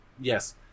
Yes